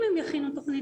אם הם יכינו תכנית,